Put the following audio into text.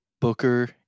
Booker